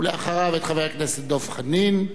ואחריו, את חבר הכנסת דב חנין.